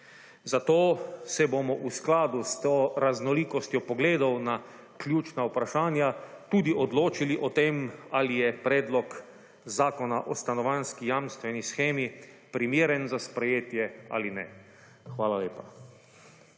Zato se bomo v skladu s to raznolikostjo pogledov na ključna vprašanja tudi odločili o tem ali je Predlog zakona o stanovanjski jamstveni shemi primeren za sprejetje ali ne. Hvala lepa.